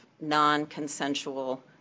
non-consensual